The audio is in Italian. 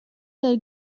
del